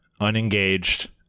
unengaged